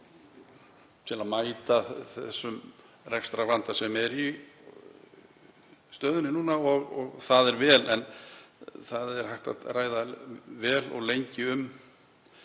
til að mæta þeim rekstrarvanda sem er í stöðunni núna og það er vel. En það er hægt að ræða vel og lengi um